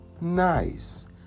nice